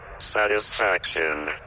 Satisfaction